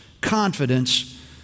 Confidence